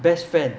best friend